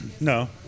no